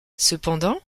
cependant